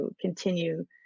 continue